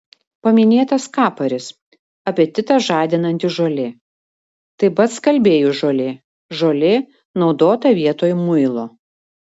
paminėtas kaparis apetitą žadinanti žolė taip pat skalbėjų žolė žolė naudota vietoj muilo